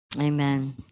Amen